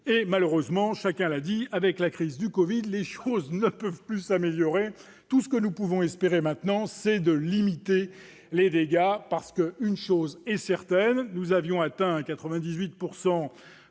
Et, malheureusement, chacun l'a dit, avec la crise du covid, les choses ne peuvent plus s'améliorer. Tout ce que nous pouvons espérer maintenant, c'est de limiter les dégâts. Notre taux d'endettement avait atteint 98